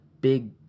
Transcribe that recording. big